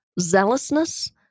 zealousness